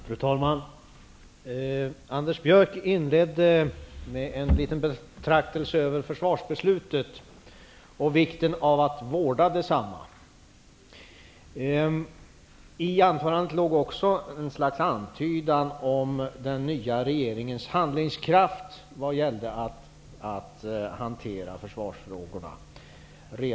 Fru talman! Anders Björck inledde med en liten betraktelse över försvarsbeslutet och vikten att man vårdar detsamma. I anförandet fanns också ett slags antydan om den nya regeringens handlingskraft vad gällde att hantera försvarsfrågorna.